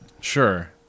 Sure